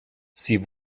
sie